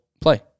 play